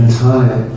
time